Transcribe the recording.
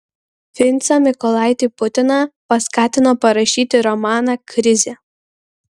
vincą mykolaitį putiną paskatino parašyti romaną krizė